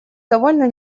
довольно